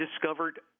discovered